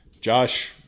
Josh